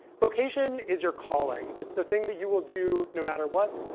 vocation is your calling. it's the thing that you will do no matter what,